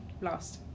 lost